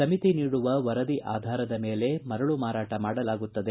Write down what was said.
ಸಮಿತಿ ನೀಡುವ ವರದಿ ಆಧಾರದ ಮೇಲೆ ಮರಳು ಮಾರಾಟ ಮಾಡಲಾಗುತ್ತದೆ